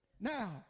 Now